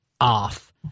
off